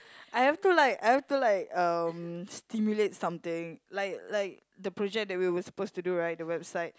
I have to like I have to like um stimulate something like like the project that we were supposed to do right the website